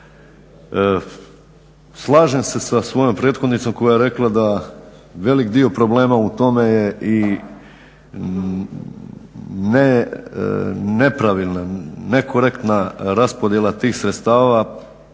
Slažem se sa svojom prethodnicom koja je rekla da velik dio problema u tome je i nepravilna, nekorektna raspodjela tih sredstava